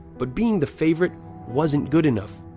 but being the favorite wasn't good enough.